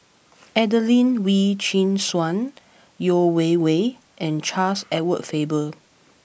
Adelene Wee Chin Suan Yeo Wei Wei and Charles Edward Faber